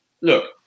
Look